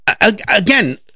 again